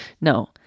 no